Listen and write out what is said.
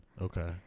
okay